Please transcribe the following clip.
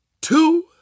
two